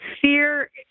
fear